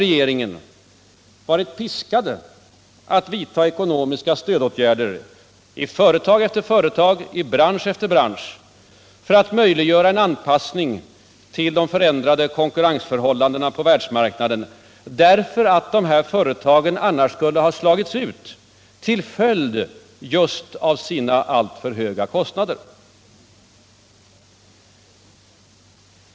Regeringen har varit piskad att vidta ekonomiska stödåtgärder i företag efter företag och bransch efter bransch för att möjliggöra en anpassning till förändrade konkurrensförhållanden på världsmarknaden, därför att företagen annars skulle ha slagits ut till följd just av sina alltför höga kostnader.